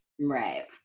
Right